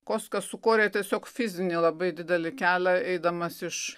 kostka sukorė tiesiog fizinį labai didelį kelią eidamas iš